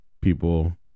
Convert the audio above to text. people